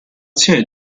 azione